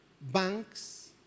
banks